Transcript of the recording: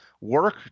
work